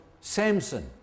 Samson